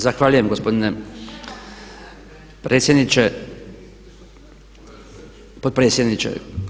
Zahvaljujem gospodine potpredsjedniče.